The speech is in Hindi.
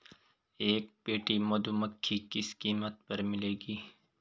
एक पेटी मधुमक्खी किस कीमत पर मिलेगी?